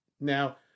now